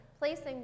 placing